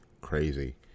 crazy